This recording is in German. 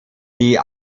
die